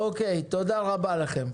אוקיי, תודה רבה לכם.